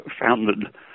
founded